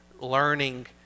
learning